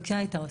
פגשה את העו"ס.